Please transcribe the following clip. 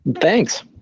Thanks